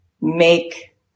make